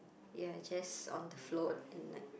ya just on the float and like